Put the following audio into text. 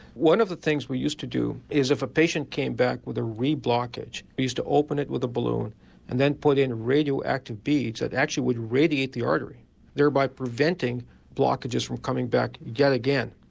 one of the things we used to do is if a patient came back with a re-blockage we used to open it with a balloon and then put in radioactive beads that actually would radiate the artery thereby preventing blockages from coming back yet again.